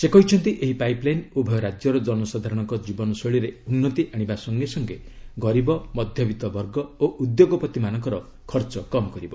ସେ କହିଛନ୍ତି ଏହି ପାଇପ୍ଲାଇନ୍ ଉଭୟ ରାଜ୍ୟର ଜନସାଧାରଣଙ୍କ ଜୀବନଶୈଳୀରେ ଉନ୍ନତି ଆଣିବା ସଙ୍ଗେ ସଙ୍ଗେ ଗରିବ ମଧ୍ୟବିତ୍ତ ବର୍ଗ ଓ ଉଦ୍ୟୋଗପତି ମାନଙ୍କର ଖର୍ଚ୍ଚ କମ୍ କରିବ